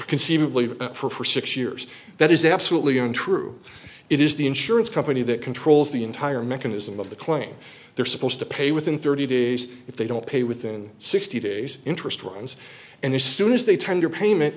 conceivably for six years that is absolutely untrue it is the insurance company that controls the entire mechanism of the claim they're supposed to pay within thirty days if they don't pay within sixty days interest rates and as soon as they tender payment